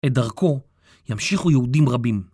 את דרכו ימשיכו יהודים רבים.